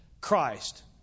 Christ